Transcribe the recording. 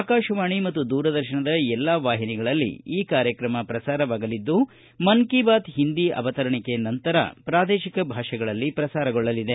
ಆಕಾಶವಾಣಿ ಮತ್ತು ದೂರದರ್ತನದ ಎಲ್ಲಾ ವಾಹಿನಿಗಳಲ್ಲಿ ಈ ಕಾರ್ಯಕ್ರಮ ಪ್ರಸಾರವಾಗಲಿದ್ದು ಮನ್ ಕಿ ಬಾತ್ ಹಿಂದಿ ಅವತರಣಿಕೆ ನಂತರ ಪ್ರಾದೇಶಿಕ ಭಾಷೆಗಳಲ್ಲಿ ಪ್ರಸಾರಗೊಳ್ಳಲಿದೆ